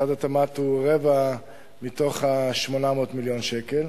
משרד התמ"ת הוא רבע מתוך 800 מיליון השקל.